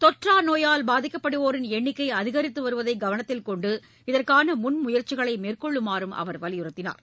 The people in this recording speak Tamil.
தொற்றா நோயால் பாதிக்கப்படுவோரின் எண்ணிக்கை அதிகரித்து வருவதை கவனத்தில் கொண்டு இதற்கான முன்முயற்சிகளை மேற்கொள்ளுமாறும் அவர் வலியுறுத்தினார்